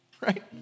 right